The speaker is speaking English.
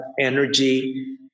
energy